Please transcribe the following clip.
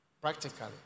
practically